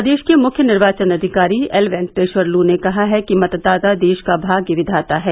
प्रदेश के मुख्य निर्वाचन अधिकारी एल वेंकटेश्वर लू ने कहा कि मतदाता देश का भाग्य विधाता है